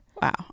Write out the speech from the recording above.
Wow